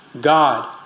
God